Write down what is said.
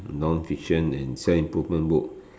non fiction and self improvement book